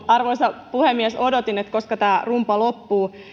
arvoisa puhemies odotin että koska tämä rumba loppuu